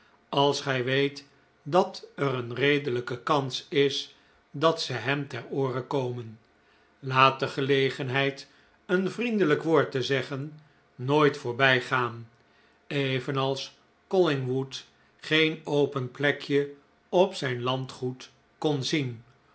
als gij weet dat er een redelijke kans is dat ze hem ter oore komen laat de gelegenheid een vriendelijk woord te zeggen nooit voorbijgaan evenals collingwood geen open plekje op zijn landgoed kon zien